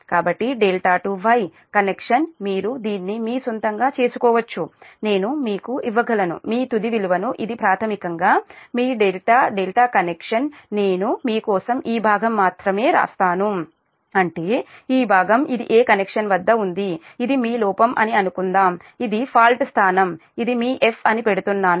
కాబట్టి ∆ Y connection మీరు దీన్ని మీ సొంతంగా చేసుకోవచ్చు నేను మీకు ఇవ్వగలను మీ తుది విలువ ను ఇది ప్రాథమికంగా మీ డెల్∆ ∆ కనెక్షన్ నేను మీ కోసం ఈ భాగం మాత్రమే వ్రాస్తాను అంటే ఈ భాగం ఇది a కనెక్షన్ వద్ద ఉంది ఇది మీ లోపం అని అనుకుందాం ఇది ఫాల్ట్ స్థానం ఇది మీ F అని పెడుతున్నాను